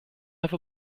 have